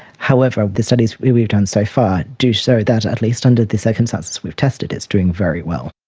however, the studies we've we've done so far do show that, at least under the circumstances we've tested, it's doing very well.